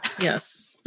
Yes